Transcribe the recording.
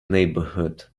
neighbourhood